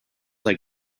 like